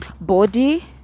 body